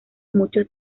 muchos